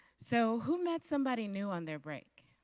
so who met somebody new on their break?